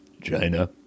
China